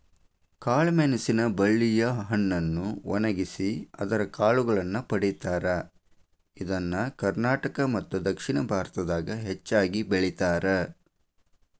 ಕಾಳಮೆಣಸಿನ ಬಳ್ಳಿಯ ಹಣ್ಣನ್ನು ಒಣಗಿಸಿ ಅದರ ಕಾಳುಗಳನ್ನ ಪಡೇತಾರ, ಇದನ್ನ ಕರ್ನಾಟಕ ಮತ್ತದಕ್ಷಿಣ ಭಾರತದಾಗ ಹೆಚ್ಚಾಗಿ ಬೆಳೇತಾರ